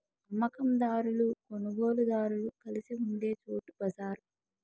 అమ్మ కందారులు కొనుగోలుదారులు కలిసి ఉండే చోటు బజారు